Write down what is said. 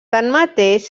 tanmateix